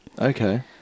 Okay